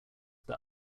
that